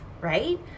right